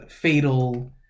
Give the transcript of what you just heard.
fatal